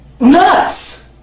nuts